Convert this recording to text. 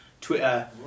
Twitter